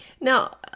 Now